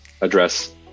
address